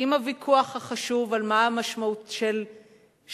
עם הוויכוח החשוב על מה המשמעות של שוויון,